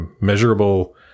measurable